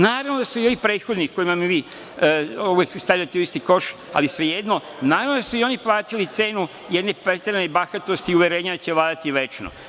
Naravno da su i ovi prethodni, sa kojima me vi uvek stavljate u isti koš, ali svejedno, naravno da su i oni platili cenu jedne preterane bahatosti i uverenja da će vladati večno.